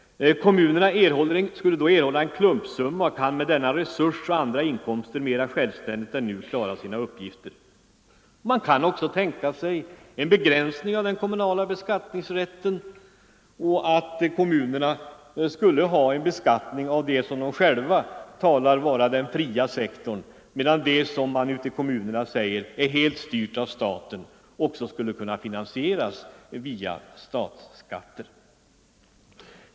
Kommunerna skulle då erhålla en klumpsumma och kan med denna och andra inkomster mera självständigt än nu klara sina uppgifter. Man kan också tänka sig en begränsning av den kommunala beskattningsrätten, att kommunerna skulla ha rätt att ta ut skatter för att finansiera det som de själva kallar den fria sektorn, medan det som man i kommunerna anser är helt styrt av staten också skulle kunna finansieras via statsbidrag.